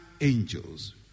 angels